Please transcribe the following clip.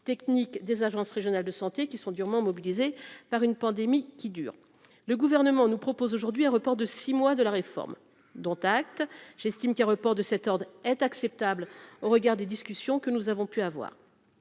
techniques des agences régionales de santé qui sont durement mobilisés par une pandémie qui dure, le gouvernement nous propose aujourd'hui un report de 6 mois de la réforme, dont acte, j'estime qu'un report de cette heure d'être acceptable au regard des discussions que nous avons pu avoir,